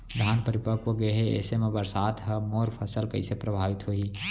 धान परिपक्व गेहे ऐसे म बरसात ह मोर फसल कइसे प्रभावित होही?